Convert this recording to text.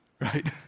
right